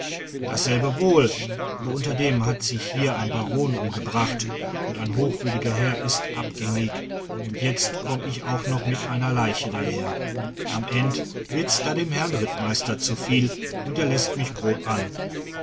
dasselbe wohl aber unterdem hat sich hier ein herr baron umgebracht und ein hochwürdiger herr is abgängig und jetzt komm ich auch noch mit einer leichen daher am end wird's da dem herrn rittmeister zu viel und er läßt mich grob an